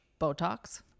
Botox